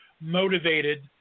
motivated